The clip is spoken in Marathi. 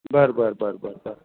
बरं बरं बरं बरं बरं